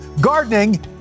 gardening